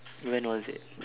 when was it